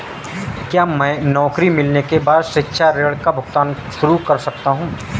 क्या मैं नौकरी मिलने के बाद शिक्षा ऋण का भुगतान शुरू कर सकता हूँ?